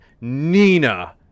Nina